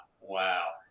Wow